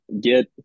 get